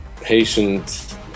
patient